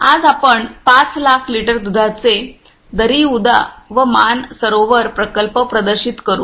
आज आपण 5 लाख लिटर दुधाचे दरिउदा व मानसरोवर प्रकल्प प्रदर्शित करू